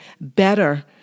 better